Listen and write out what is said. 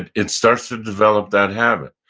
it it starts to develop that habit.